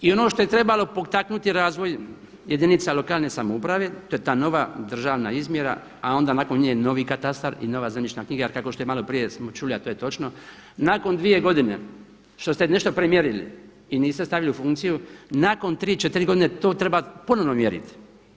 I ono što je trebalo potaknuti razvoj jedinica lokalne samouprave to je ta nova državna izmjera a onda nakon nje novi katastar i nova zemljišna knjiga jer kao što i malo prije smo čuli a to je točno, nakon dvije godine što ste nešto premjerili i niste stavili u funkciju, nakon 3, 4 godine to treba ponovno mjeriti.